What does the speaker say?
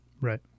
Right